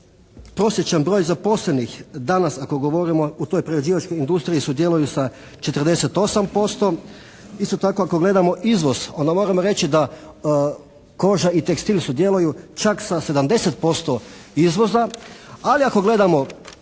prosječan broj zaposlenih danas ako govorimo o toj prerađivačkoj industriji sudjeluju sa 48%. Isto tako ako gledamo izvoz, onda moramo reći da koža i tekstil sudjeluju čak sa 70% izvoza. Ali ako gledamo